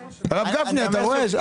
הרב גפני, אני אמרתי לך,